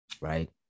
right